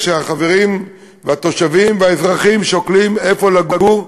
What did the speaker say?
כשהחברים והתושבים והאזרחים שוקלים איפה לגור,